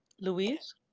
Louise